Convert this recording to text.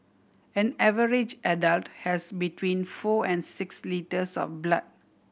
an average adult has between four and six litres of blood